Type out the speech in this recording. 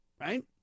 right